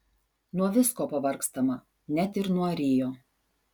nuo visko pavargstama net ir nuo rio